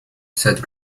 said